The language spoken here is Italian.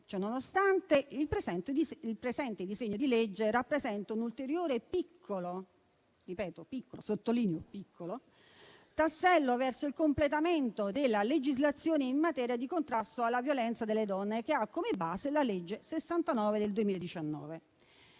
Ciononostante, il presente disegno di legge rappresenta un ulteriore piccolo tassello - lo sottolineo - verso il completamento della legislazione in materia di contrasto alla violenza sulle donne, che ha come base la legge n. 69 del 2019.